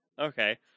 Okay